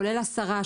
כולל לשרה,